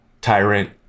tyrant